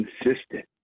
consistent